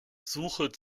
suche